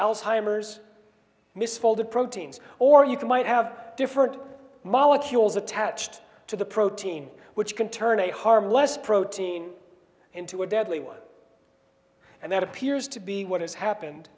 alzheimer's misfolded proteins or you can might have different molecules attached to the protein which can turn a harmless protein into a deadly one and that appears to be what has happened